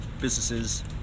businesses